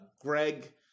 Greg